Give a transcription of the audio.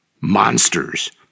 Monsters